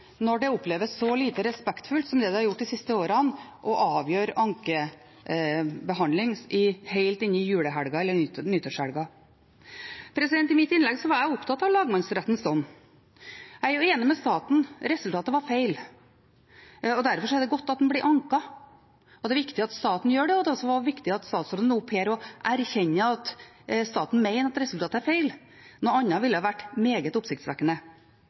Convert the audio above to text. når det oppleves så lite respektfullt som det har gjort de siste årene – når man avgjør ankebehandlingen helt inn i julehelga eller nyttårshelga. I mitt innlegg var jeg opptatt av lagmannsrettens dom. Jeg er enig med staten. Resultatet var feil, og derfor er det godt at dommen blir anket. Det er viktig at staten gjør det, og det er viktig at statsråden er oppe her og erkjenner at staten mener at resultatet er feil. Noe annet ville vært meget oppsiktsvekkende.